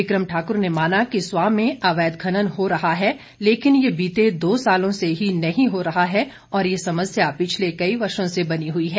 बिक्रम ठाकुर ने माना कि स्वां में अवैध खनन हो रहा है लेकिन ये बीते दो सालों से ही नहीं हो रहा है और ये समस्या पिछले कई वर्षो से बनी हुई है